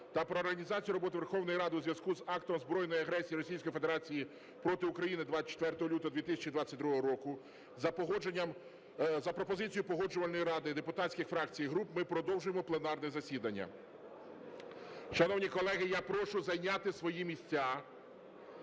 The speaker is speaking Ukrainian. та про організацію роботи Верховної Ради у зв'язку з актом збройної агресії Російської Федерації проти України 24 лютого 2022 року за пропозицією Погоджувальної ради депутатських фракцій і груп ми продовжуємо пленарне засідання. Шановні колеги, я прошу зайняти свої місця.